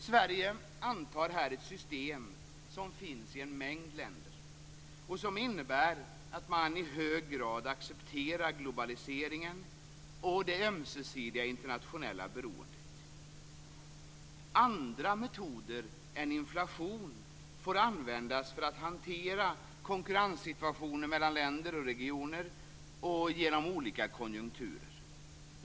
Sverige antar här ett system som finns i en mängd länder och som innebär att man i hög grad accepterar globaliseringen och det ömsesidiga internationella beroendet. Andra metoder än inflation får användas för att hantera konkurrenssituationer mellan länder och regioner genom olika konjunkturer.